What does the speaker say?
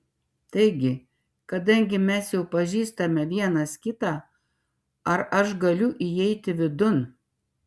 taigi kadangi mes jau pažįstame vienas kitą ar aš galiu įeiti vidun